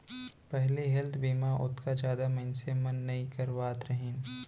पहिली हेल्थ बीमा ओतका जादा मनसे मन नइ करवात रहिन